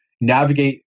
navigate